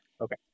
Okay